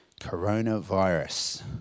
coronavirus